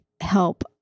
help